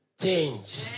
change